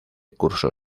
cursó